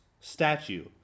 statue